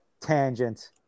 tangent